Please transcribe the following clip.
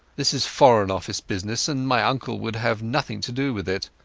this is foreign office business, and my uncle would have nothing to do with it.